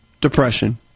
depression